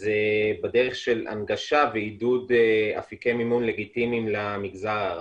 זה בדרך של הנגשה ועידוד אפיקי מימון לגיטימיים למגזר הערבי.